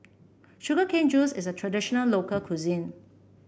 Sugar Cane Juice is a traditional local cuisine